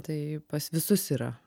tai pas visus yra